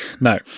No